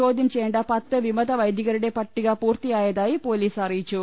ചോദ്യം ചെയ്യേണ്ട പത്ത് വിമത വൈദിക രുടെ പട്ടിക പൂർത്തിയായതായി പൊലീസ് അറിയിച്ചു